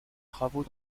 travaux